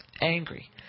angry